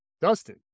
Dustin